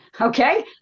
okay